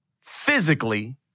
physically